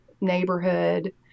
neighborhood